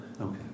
Okay